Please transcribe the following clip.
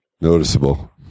Noticeable